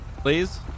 Please